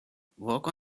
work